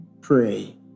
pray